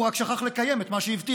הוא רק שכח לקיים את מה שהבטיח.